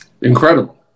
Incredible